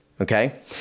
okay